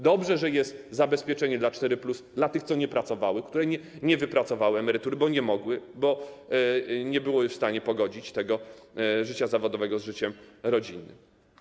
Dobrze, że jest zabezpieczenie dla matek 4+, dla tych, które nie pracowały, które nie wypracowały emerytury, bo nie mogły, bo nie były w stanie pogodzić życia zawodowego z życiem rodzinnym.